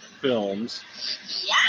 films